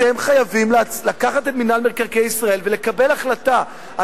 אתם חייבים לקחת את מינהל מקרקעי ישראל ולקבל החלטה,